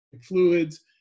fluids